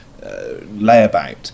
layabout